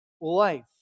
life